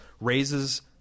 raises